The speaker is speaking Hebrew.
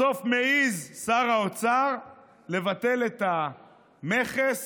בסוף מעז שר האוצר לבטל את המכס